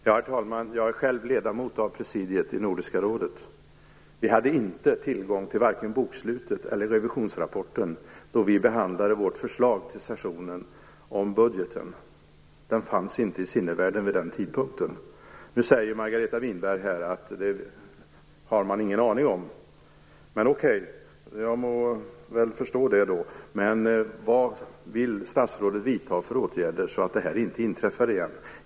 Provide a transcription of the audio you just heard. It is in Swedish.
Herr talman! Jag är själv ledamot av presidiet i Nordiska rådet. Vi hade inte tillgång till vare sig bokslutet eller revisionsrapporten då vi behandlade vårt förslag till sessionen om budgeten. Den fanns inte i sinnevärlden vid den tidpunkten. Nu säger Margareta Winberg här att man inte hade någon aning om det. Okej. Jag får väl förstå det. Men vad vill statsrådet vidta för åtgärder så att detta inte händer igen?